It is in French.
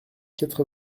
quatre